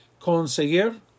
conseguir